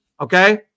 okay